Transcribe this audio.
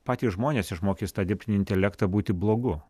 patys žmonės išmokys tą dirbtinį intelektą būti blogu